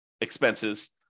expenses